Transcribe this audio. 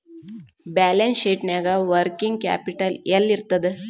Balance ಶೇಟ್ನ್ಯಾಗ working capital ಯೆಲ್ಲಿರ್ತದ?